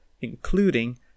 including